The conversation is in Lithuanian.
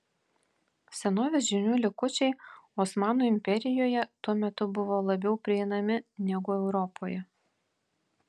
senovės žinių likučiai osmanų imperijoje tuo metu buvo labiau prieinami negu europoje